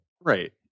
right